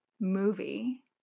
movie